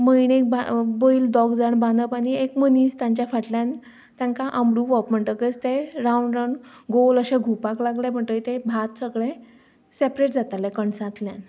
मळणेक बैल दोग जाण बांदप आनी एक मनीस तांच्या फाटल्यान तांकां आमडुवप म्हणटकच ते रावंड रावंड गोल अशे घुवपाक लागले म्हणटकच तें भात सगलें सेपरेट जातालें कणसांतल्यान